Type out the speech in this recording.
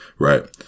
right